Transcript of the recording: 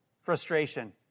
Frustration